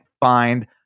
find